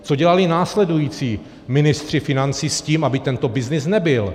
Co dělali následující ministři financí s tím, aby tento byznys nebyl?